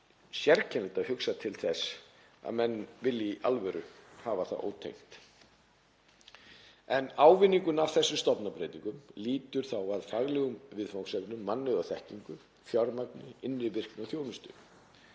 sérkennilegt að hugsa til þess að menn vilji í alvöru hafa það ótengt. Ávinningur af þessum stofnanabreytingum lýtur þá að faglegum viðfangsefnum, mannauði og þekkingu, fjármagni, innri virkni og þjónustu.